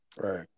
Right